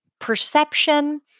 perception